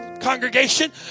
congregation